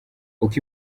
uko